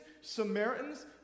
Samaritans